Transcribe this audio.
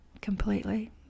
completely